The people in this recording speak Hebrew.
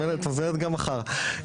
את מוזמנת גם מחר.